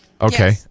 Okay